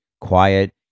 quiet